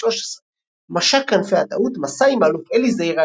2013 "משק כנפי הטעות" - מסע עם האלוף אלי זעירא